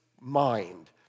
mind